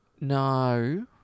No